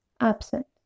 absent